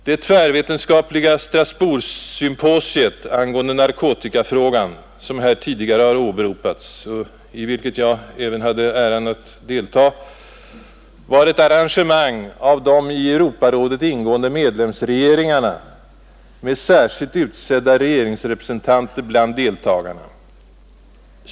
Det tvärvetenskapliga Strasbourgsymposiet angående narkotikafrågan, som här tidigare åberopats och i vilket även jag hade äran att delta, var ett arrangemang av de i Europarådet ingående medlemsregeringarna med särskilt utsedda regeringsrepresentanter bland deltagarna.